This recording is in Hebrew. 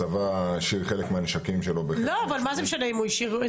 הצבא השאיר חלק מהנשקים שלו --- מה זה משנה אם הוא השאיר?